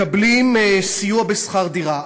מקבלים סיוע בשכר דירה.